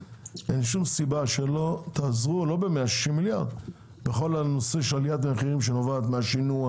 אין שום סיבה שלא תעזרו בכל הנושא של עליית המחירים שנובעת מהשינוע,